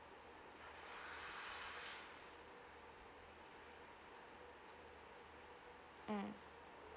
mm